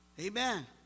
Amen